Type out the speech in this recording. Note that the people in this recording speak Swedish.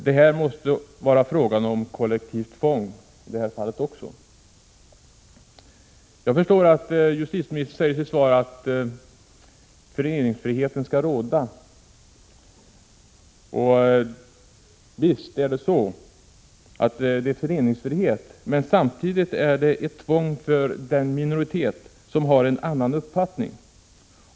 Det måste vara fråga om kollektivt tvång även i det här fallet. Jag förstår att justitieministern i sitt svar säger att föreningsfriheten skall råda. Visst är det så. Men samtidigt är det här fråga om ett tvång för en minoritet som har en annan uppfattning.